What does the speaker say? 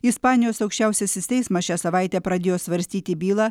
ispanijos aukščiausiasis teismas šią savaitę pradėjo svarstyti bylą